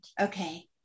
Okay